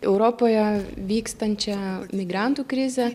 europoje vykstančią migrantų krizę